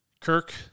Kirk